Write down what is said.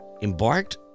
embarked